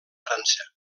frança